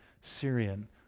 Syrian